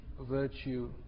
virtue